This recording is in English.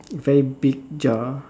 very big jar